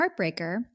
Heartbreaker